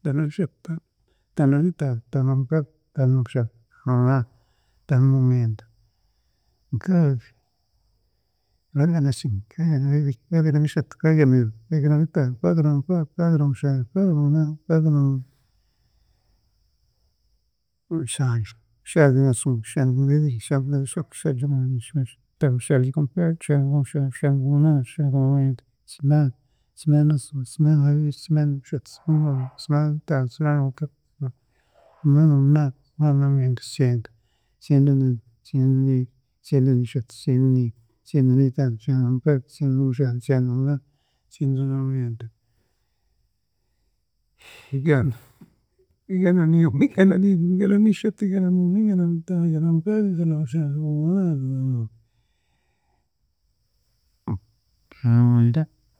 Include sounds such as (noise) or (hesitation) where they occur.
Ataanonabishatu, Ataano, Ataanonabina, Ataanonabitaano, Ataanonamukaaga, Ataanonamushanju, Ataanonamunaana, Ataanonamwenda, Nkaaga, Nkaaganakimwe, Nkaaganabibiri, Nkaaganabishatu, Nkaaganabina, Nkaaganabitaano, Nkaaganamukaaga, Nkaagaamushanju, Nkaaganamunaana, Nkaaganamwenda, Nshanju, Nshanjunakimwe, Nshanjunabibiri, Nshanjunabishatu, Nshanjunabina, Nshanjunabitaano, Nshanjunamukaaga, Nshanjunamushanju, Nshanjunamunaana, Nshanjunamwenda, Kinaana, Kinaananakimwe, Kinaananabibiri, Kinaananabishatu, Kinaananabina, Kinaananabitaano, Kinaananamukaaga, Kinaananamunaana, Kinaananamwenda, Kyenda, Kyendaneemwe, Kyendaniibiri, Kyendaniishatu, Kyendaniina, Kyendaniitaano, Kyendanamukaaga, Kyendanamushanju, Kyendanamunaana, Kyendanmwenda (hesitation) Igana. (laughs) Igananemwe, (laughs) Igananiibiri, Igananiishatu, Igananiina, Igananiitaano, Igananamukaaga, Igananamushanju, Igananamunaana, (unintelligible) Igananamwenda, (unintelligible)